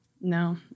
No